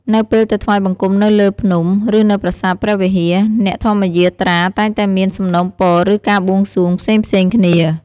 នៅពេលទៅថ្វាយបង្គំនៅលើភ្នំ ឬនៅប្រាសាទព្រះវិហារ អ្នកធម្មយាត្រាតែងតែមាន សំណូមពរ ឬ ការបួងសួង ផ្សេងៗគ្នា។